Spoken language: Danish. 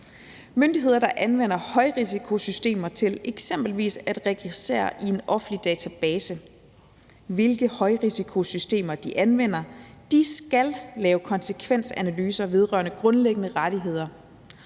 Myndigheder, der anvender højrisikosystemer til eksempelvis at registrere i en offentlig database, hvilke højrisikosystemer de anvender, skal lave konsekvensanalyser vedrørende grundlæggende rettigheder.